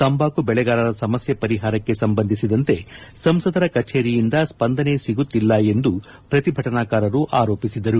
ತಂಬಾಕು ಬೆಳೆಗಾರರ ಸಮಸ್ಯೆ ಪರಿಹಾರಕ್ಕೆ ಸಂಬಂಧಿಸಿದಂತೆ ಸಂಸದರ ಕಚೇರಿಯಿಂದ ಸ್ಪಂದನೆ ಸಿಗುತ್ತಿಲ್ಡ ಎಂದು ಪ್ರತಿಭಟನಕಾರರು ಆರೋಪಿಸಿದರು